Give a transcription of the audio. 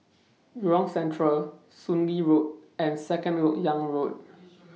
Jurong Central Soon Lee Road and Second Lok Yang Road